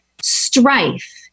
strife